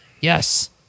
Yes